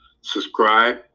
subscribe